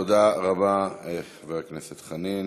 תודה רבה, חבר הכנסת חנין.